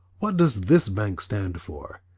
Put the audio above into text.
what does this bank stand for?